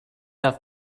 have